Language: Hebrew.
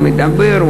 הוא מדבר,